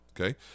okay